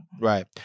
Right